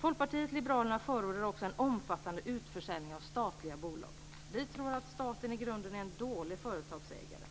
Folkpartiet liberalerna förordar en omfattande utförsäljning av statliga bolag. Vi tror att staten i grunden är en dålig företagsägare.